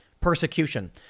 persecution